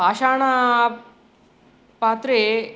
पाषाणपात्रे